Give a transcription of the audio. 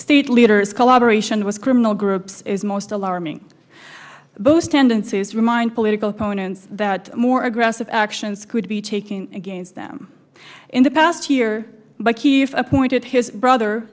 state leaders collaboration with criminal groups is most alarming those tendencies remind political opponents that more aggressive actions could be taking against them in the past year but he appointed his brother